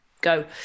go